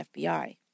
FBI